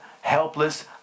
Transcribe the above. helpless